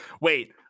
Wait